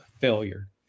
failure